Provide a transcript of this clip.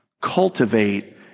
Cultivate